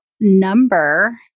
number